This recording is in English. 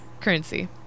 currency